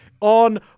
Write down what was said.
on